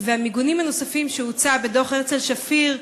והמיגונים הנוספים שהוצעו בדוח הרצל שפיר,